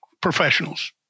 professionals